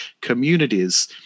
communities